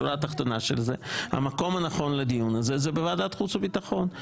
השורה התחתונה של זה: המקום הנכון לדיון הזה זה בוועדת החוץ והביטחון,